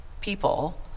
people